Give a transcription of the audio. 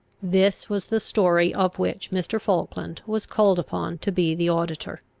this was the story of which mr. falkland was called upon to be the auditor.